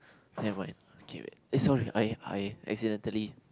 never mind okay wait this one I I accidentally